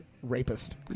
Rapist